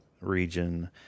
region